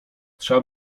trzeba